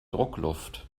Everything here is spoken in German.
druckluft